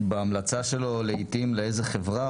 בהמלצה שלו לעיתים לאיזה חברה,